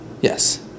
Yes